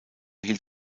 hielt